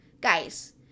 guys